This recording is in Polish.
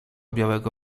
białego